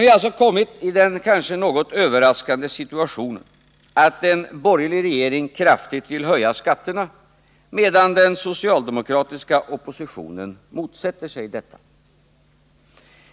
Vi har alltså kommit i den kanske något överraskande situationen att en borgerlig regering kraftigt vill höja skatterna, medan den socialdemokratiska oppositionen motsätter sig detta.